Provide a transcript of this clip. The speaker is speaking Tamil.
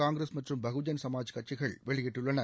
காங்கிரஸ் மற்றும் பகுஜன் சமாஜ் கட்சிகள் வெளியிட்டுள்ளன